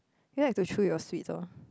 ya you have to throw your sweets lor